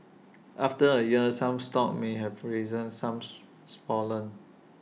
after A year some stocks may have risen some fallen